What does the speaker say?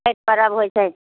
छठि पर्ब होइ छै